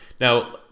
Now